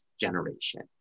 generation